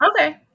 Okay